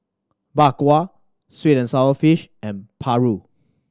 Bak Kwa sweet and sour fish and paru